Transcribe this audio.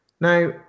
Now